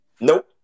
Nope